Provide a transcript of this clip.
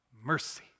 mercy